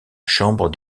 chambre